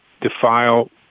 defile